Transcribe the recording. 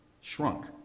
shrunk